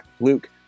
Luke